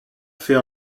fait